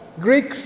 Greeks